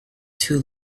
too